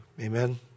Amen